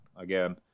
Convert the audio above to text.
Again